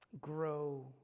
grow